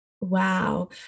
Wow